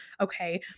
okay